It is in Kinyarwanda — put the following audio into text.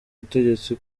butegetsi